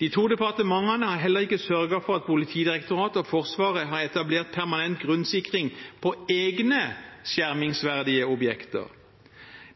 De to departementene har heller ikke sørget for at Politidirektoratet og Forsvaret har etablert permanent grunnsikring på egne skjermingsverdige objekter.